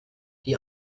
die